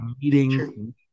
meeting